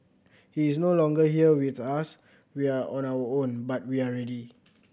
he is no longer here with us we are on our own but we are ready